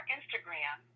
Instagram